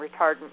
retardant